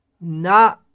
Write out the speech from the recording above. Na